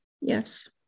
Yes